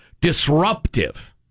disruptive